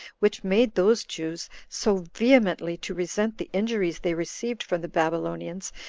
which made those jews so vehemently to resent the injuries they received from the babylonians,